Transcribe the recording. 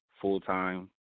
full-time